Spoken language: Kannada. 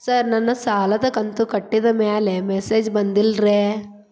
ಸರ್ ನನ್ನ ಸಾಲದ ಕಂತು ಕಟ್ಟಿದಮೇಲೆ ಮೆಸೇಜ್ ಬಂದಿಲ್ಲ ರೇ